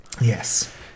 Yes